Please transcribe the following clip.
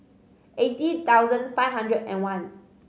eighty thousand five hundred and one